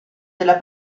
della